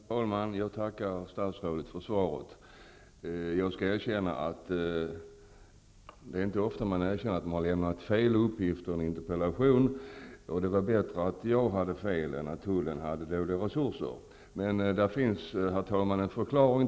Herr talman! Jag tackar statsrådet för svaret. Det är inte ofta man erkänner att man lämnat fel uppgifter i en interpellation. Det var bättre att jag hade fel än att tullen hade dåliga resurser. Men det finns, herr talman, en förklaring.